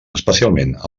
especialment